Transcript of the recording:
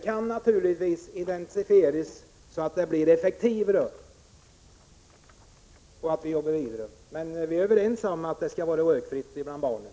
Men naturligtvis kan arbetet intensifieras ytterligare, så att det blir effektivare. Vi jobbar alltså vidare med dessa frågor, och vi är överens om att det skall vara rökfria miljöer för barnen.